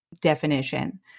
definition